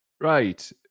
Right